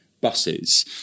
buses